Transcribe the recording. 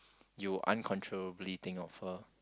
you uncontrollably think of her